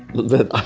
that